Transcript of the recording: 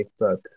Facebook